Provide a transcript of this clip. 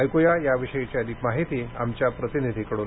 ऐकू या या विषयीची अधिक माहिती आमच्या प्रतिनिधीकडून